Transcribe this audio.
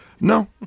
No